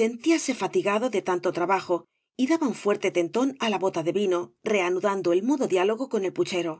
sentíase fatigado de tanto trabajo y daba un fuerte tentón á la bota de vino reanudando el mudo diálogo con el puchero